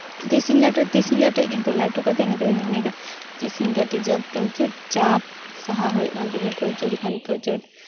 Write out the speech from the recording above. ᱛᱤᱥᱤᱧ ᱞᱟᱹᱴᱩᱜᱼᱟ ᱛᱤᱥᱤᱧ ᱞᱟᱹᱴᱩᱜᱼᱟ ᱠᱤᱱᱛᱩ ᱞᱟᱹᱴᱩ ᱠᱟᱛᱮᱫ ᱱᱤᱛᱚᱜ ᱫᱚᱧ ᱢᱚᱱᱮᱭᱮᱫᱟ ᱛᱤᱥᱤᱧ ᱠᱟᱹᱴᱤᱡᱚᱜᱼᱟ ᱯᱨᱚᱪᱩᱨ ᱪᱟᱯ ᱥᱟᱦᱟᱣ ᱦᱩᱭᱩᱜ ᱠᱟᱱ ᱛᱤᱧᱟ ᱯᱨᱚᱪᱩᱨ ᱠᱷᱟᱱ ᱯᱨᱚᱪᱩᱨ